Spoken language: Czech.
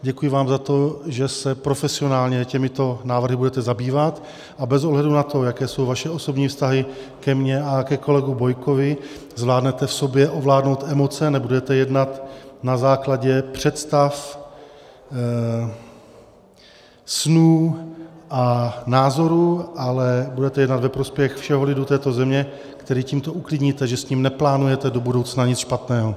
Děkuji vám za to, že se profesionálně těmito návrhy budete zabývat a bez ohledu na to, jaké jsou vaše osobní vztahy ke mně a ke kolegovi Bojkovi, zvládnete v sobě ovládnout emoce a nebudete jednat na základě představ, snů a názorů, ale budete jednat ve prospěch všeho lidu této země, které tímto uklidníte, že s ním neplánujete do budoucna nic špatného.